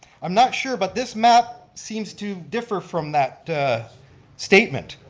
i'm not sure, but this map seems to differ from that statement.